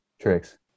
tricks